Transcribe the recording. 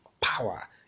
power